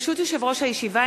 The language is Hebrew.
ברשות יושב-ראש הישיבה,